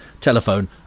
telephone